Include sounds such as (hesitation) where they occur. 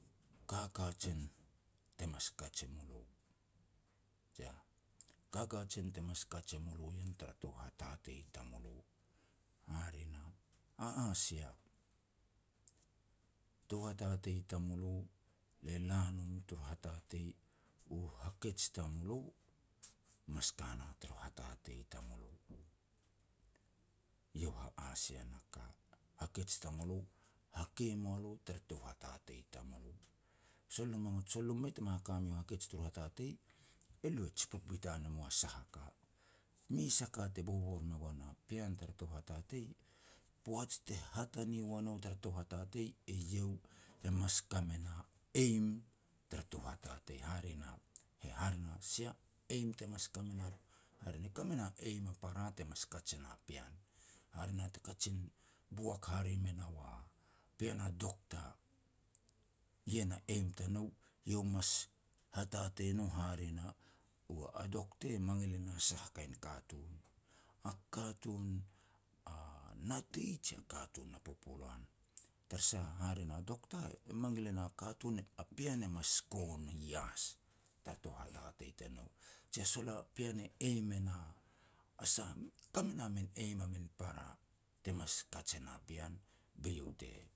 Ka kajen te mas kaj e mulo, jiah, ka kajen te mas kaj e mulo ien tara tou hatatei tamulo. Hare na, ha a sia, tou hatatei tamulo, le la nom tur hatatei u hakej tamulo mas ka na tur hatatei tamulo. Iau ha a sia na ka, hakej tamulo, hakei e mua lo tar tou hatatei tamulo. Sol lo mu-sol lo mu mei tama haka mui hakej tur hatatei, elo e jipuk bitan e mua sah a ka. Mes a ka te bobor me goan a pean tara tou hatatei, poaj te hatane ua nou tara tou hatatei, eiau e mas kame na aim tara tou hatatei. Hare na, e hare na, sia eim te mas ka nou, hare na ka me na eim a para te mas kaj e na pean. Hare na te kajin boak hare me nau a pean a doctor, ien a eim tanou iau mas hatatei no hare na (hesitation) a doctor e mangil e na sah kain katun. A katun a natei jia katun a popoluan. Tara sah, hare na, doctor e mangil e na katun, a pean e mas sko ni ias tara tou hatatei tanou. Jia sol a pean e eim e na a sah, ka me na min eim a min para te mas kaj e na pean be iau te